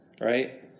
right